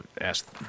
asked